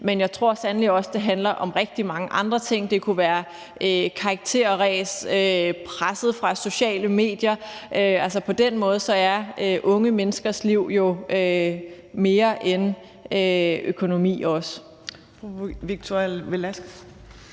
men jeg tror sandelig også, det handler om rigtig mange andre ting. Det kunne være karakterræs eller presset fra sociale medier – altså, på den måde er unge menneskers liv jo også mere end økonomi.